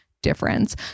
difference